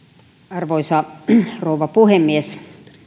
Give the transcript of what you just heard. arvoisa rouva puhemies